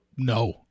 No